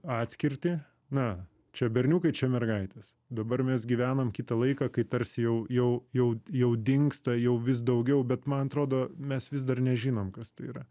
atskirtį na čia berniukai čia mergaitės dabar mes gyvenam kitą laiką kai tarsi jau jau jau jau dingsta jau vis daugiau bet man atrodo mes vis dar nežinom kas tai yra